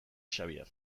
xabier